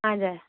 हजुर